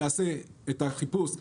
יעשה את החיפוש 70030026W,